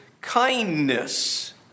kindness